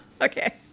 Okay